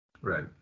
Right